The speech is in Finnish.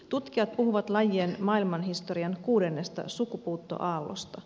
tutkijat puhuvat lajien maailmanhistorian kuudennesta sukupuuttoaallosta